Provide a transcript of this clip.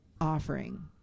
offering